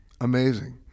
Amazing